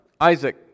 Isaac